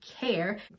care